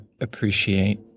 appreciate